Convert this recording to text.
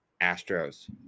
Astros